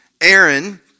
Aaron